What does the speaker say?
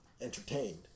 entertained